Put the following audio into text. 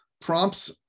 Prompts